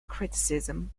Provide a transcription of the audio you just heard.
criticism